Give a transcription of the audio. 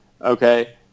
Okay